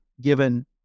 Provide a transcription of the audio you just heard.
given